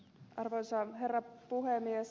arvoisa herra puhemies